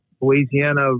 Louisiana